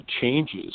changes